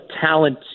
talent